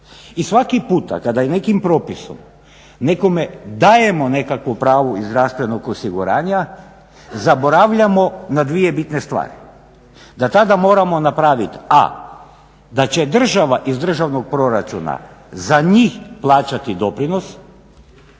I svaki puta kada je nekim propisom nekome dajemo nekakvo pravo iz zdravstvenog osiguranja zaboravljamo na dvije bitne stvari. Da tada moramo napraviti a) da će država iz državnog proračuna za njih plaćati doprinos